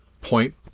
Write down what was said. point